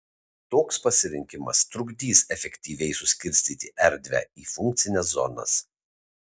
toks pasirinkimas trukdys efektyviai suskirstyti erdvę į funkcines zonas